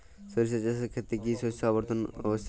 সরিষা চাষের ক্ষেত্রে কি শস্য আবর্তন আবশ্যক?